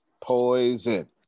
Poison